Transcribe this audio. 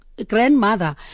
grandmother